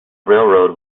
railroad